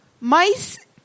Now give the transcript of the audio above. mice